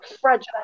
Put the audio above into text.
fragile